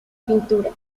pintura